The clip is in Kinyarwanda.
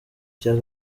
cya